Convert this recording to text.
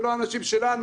ולא אנשים שלנו,